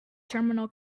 terminal